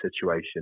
situation